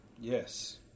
Yes